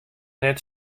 net